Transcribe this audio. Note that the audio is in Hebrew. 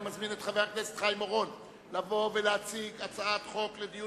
אני מזמין את חבר הכנסת חיים אורון להציג הצעת חוק לדיון